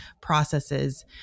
processes